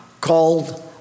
called